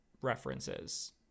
references